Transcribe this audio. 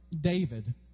David